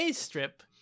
strip